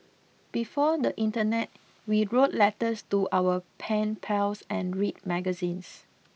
before the internet we wrote letters to our pen pals and read magazines